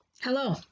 hello